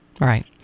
Right